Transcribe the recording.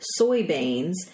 soybeans